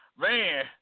man